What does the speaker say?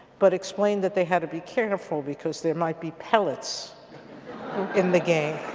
but explained that they had to be careful because there might be pellets in the game.